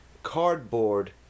cardboard